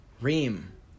Reem